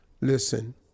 listen